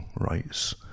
rights